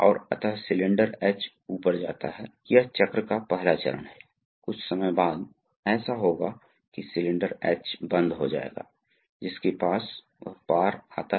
तो यदि यहाँ दबाव बहुत अधिक बढ़ जाता है तो यह विशेष रूप से पॉपेट यह ऊपर धकेल देगा और इसलिए द्रव नाली से होकर गुजरेगा